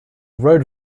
road